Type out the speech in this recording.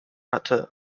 hatte